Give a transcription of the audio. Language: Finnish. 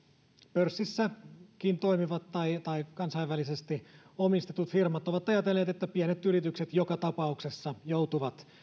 pörssissäkin toimivat tai tai kansainvälisesti omistetut firmat on ajatellut että pienet yritykset joka tapauksessa joutuvat